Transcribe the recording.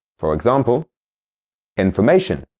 for example information